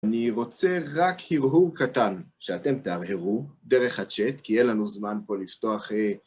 אני רוצה רק הרהור קטן, שאתם תהרהרו דרך הצ'ט, כי אין לנו זמן פה לפתוח אה...